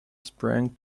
sprang